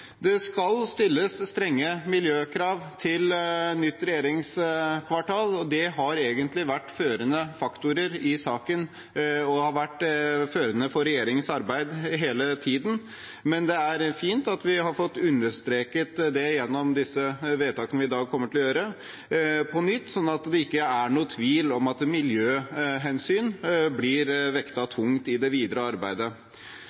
Det skal stilles strenge miljøkrav til nytt regjeringskvartal. Det har egentlig vært førende faktorer i saken, og det har vært førende for regjeringens arbeid hele tiden, men det er fint at vi på nytt har fått understreket det gjennom de vedtakene vi i dag kommer til å gjøre, slik at det ikke er noen tvil om at miljøhensyn blir